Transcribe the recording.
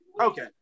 Okay